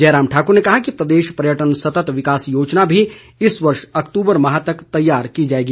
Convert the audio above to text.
जयराम ठाकुर ने कहा कि प्रदेश पर्यटन सतत विकास योजना भी इस वर्ष अक्तूबर माह तक तैयार हो जाएगी